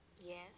Yes